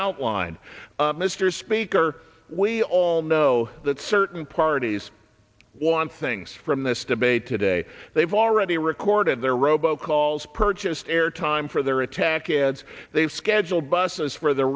outlined mr speaker we all know that certain parties want things from this debate today they've already recorded their robo calls purchased airtime for their attack ads they've scheduled buses for the